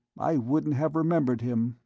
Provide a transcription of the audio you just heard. i wouldn't have remembered him,